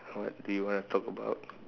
what do you want to talk about